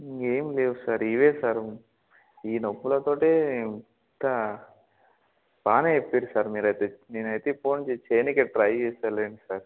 ఇంకేం లేవు సార్ ఇవే సార్ ఈ నొప్పులతోటే ఇంత బాగానే చెప్పారు సార్ మీరైతే నేనైతే ఫోన్ చే చెయ్యడానికే ట్రై చేస్తా లెండి సార్